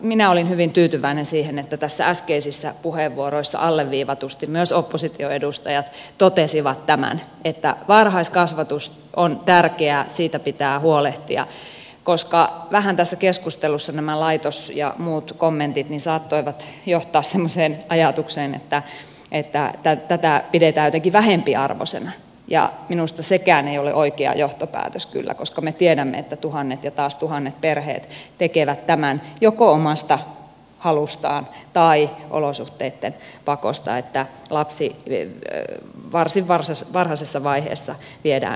minä olin hyvin tyytyväinen siihen että äskeisissä puheenvuoroissa alleviivatusti myös oppositioedustajat totesivat tämän että varhaiskasvatus on tärkeää siitä pitää huolehtia koska vähän tässä keskustelussa nämä laitos ja muut kommentit saattoivat johtaa semmoiseen ajatukseen että tätä pidetään jotenkin vähempiarvoisena ja minusta sekään ei ole oikea johtopäätös kyllä koska me tiedämme että tuhannet ja taas tuhannet perheet tekevät tämän joko omasta halustaan tai olosuhteitten pakosta että lapsi varsin varhaisessa vaiheessa viedään hoitoon